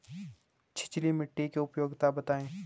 छिछली मिट्टी की उपयोगिता बतायें?